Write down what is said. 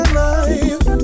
life